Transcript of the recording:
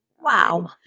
wow